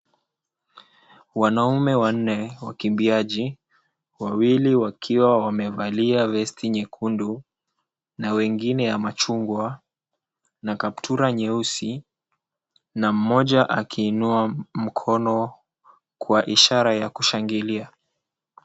Wanaume wanne wakimbiaji, wawili wakiwa wamevalia vesti nyekundu, na wengine ya machungwa na kaptula nyeusi na mmoja akiinua mkono kwa ishara ya kushangilia.